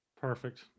Perfect